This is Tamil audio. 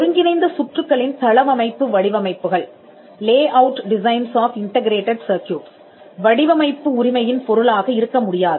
ஒருங்கிணைந்த சுற்றுகளின் தளவமைப்பு வடிவமைப்புகள் வடிவமைப்பு உரிமையின் பொருளாக இருக்க முடியாது